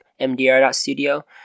MDR.studio